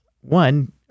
one